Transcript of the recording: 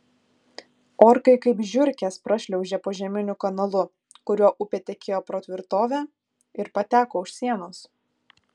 orkai kaip žiurkės prašliaužė požeminiu kanalu kuriuo upė tekėjo pro tvirtovę ir pateko už sienos